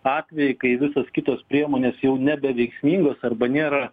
atvejai kai visos kitos priemonės jau nebeveiksmingos arba nėra